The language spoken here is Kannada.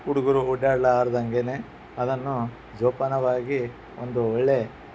ಹುಡುಗರು ಓಡಾಡ್ಲಾರ್ದಂಗೆನೆ ಅದನ್ನು ಜೋಪಾನವಾಗಿ ಒಂದು ಒಳ್ಳೆಯ